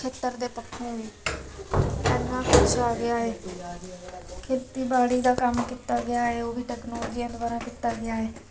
ਖੇਤਰ ਦੇ ਪੱਖੋਂ ਵੀ ਐਨਾ ਕੁਛ ਆ ਗਿਆ ਹੈ ਖੇਤੀਬਾੜੀ ਦਾ ਕੰਮ ਕੀਤਾ ਗਿਆ ਹੈ ਉਹ ਵੀ ਟੈਕਨੋਲਜੀਆਂ ਦੁਆਰਾ ਕੀਤਾ ਗਿਆ ਹੈ